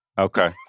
Okay